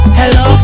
hello